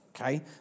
okay